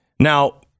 Now